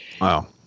Wow